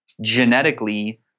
genetically